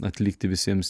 atlikti visiems